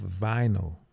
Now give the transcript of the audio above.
vinyl